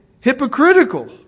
hypocritical